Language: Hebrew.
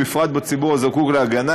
ובפרט בציבור הזקוק להגנה,